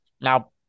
now